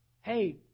hey